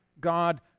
God